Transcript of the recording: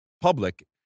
public